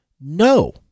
no